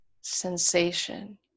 sensation